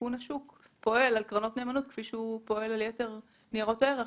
סיכון השוק פועל על קרנות נאמנות כפי שהוא פועל על יתר ניירות הערך.